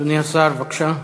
אדוני השר, בבקשה.